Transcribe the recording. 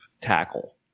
tackle